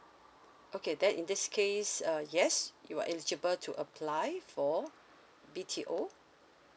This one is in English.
okay then in this case uh yes you are eligible to apply for B_T_O